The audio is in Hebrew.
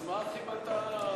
נתקבל.